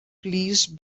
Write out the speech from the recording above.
please